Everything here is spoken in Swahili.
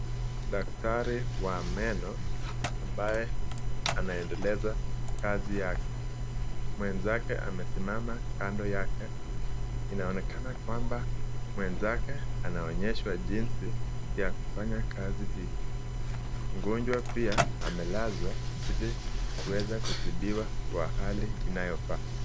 Daktari wa meno ambaye anaendeleza kazi yake. Mwenzake amesimama kando yake. Inaonekana kwamba mwenzake anaonyeshwa jinsi ya kufanya kazi hii. Mgonjwa pia, amelazwa ili kuweza kutibiwa kwa hali inayofaa.